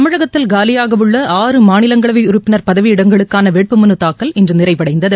தமிழகத்தில் காலியாகஉள்ள ஆறு மாநிலங்களவைஉறுப்பினர் பதவியிடங்களுக்கானவேட்புமனுதாக்கல் இன்றுநிறைவடைந்தது